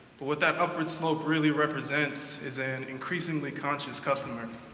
but what that upward slope really represents is an increasingly conscious customer,